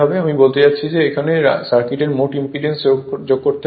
আমি বলতে চাচ্ছি যে এখানে সার্কিটের মোট ইম্পিডেন্স যোগ করতে হবে